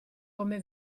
come